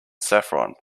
saffron